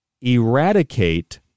eradicate